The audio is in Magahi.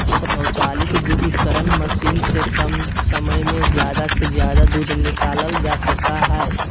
स्वचालित दुग्धकरण मशीन से कम समय में ज़्यादा से ज़्यादा दूध निकालल जा सका हइ